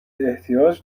احتیاج